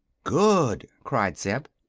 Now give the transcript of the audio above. good! cried zeb.